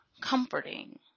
comforting